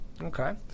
Okay